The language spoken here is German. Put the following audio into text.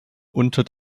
unter